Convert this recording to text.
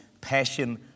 passion